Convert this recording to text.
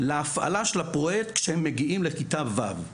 להפעלה של הפרויקט כשהם מגיעים לכיתה ו'.